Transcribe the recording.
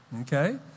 Okay